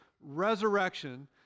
resurrection